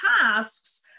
tasks